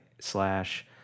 slash